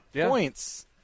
points